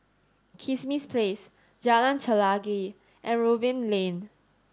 Kismis Place Jalan Chelagi and Robin Lane